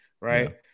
right